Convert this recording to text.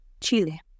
Chile